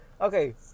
okay